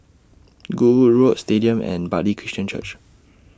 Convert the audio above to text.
Goodwood Road Stadium and Bartley Christian Church